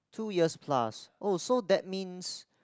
two years plus oh so that means